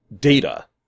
data